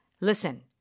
listen